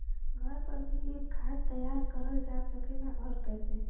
घर पर भी खाद तैयार करल जा सकेला और कैसे?